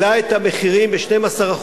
המחירים עלו ב-12%,